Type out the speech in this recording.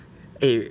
mm